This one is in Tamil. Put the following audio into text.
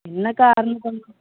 என்ன அக்கா அறநூற்றும்பது